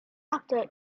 after